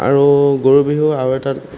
আৰু গৰু বিহু আৰু এটাত